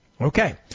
Okay